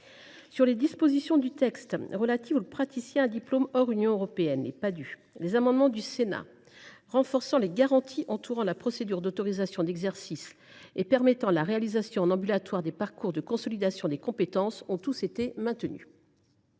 Sur les dispositions du texte relatives aux praticiens à diplôme hors Union européenne (Padhue), les amendements du Sénat tendant à renforcer les garanties entourant la procédure d’autorisation d’exercice et à permettre la réalisation en ambulatoire des parcours de consolidation des compétences (PCC) ont tous été maintenus.